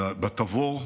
בתבור,